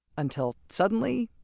until suddenly,